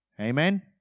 Amen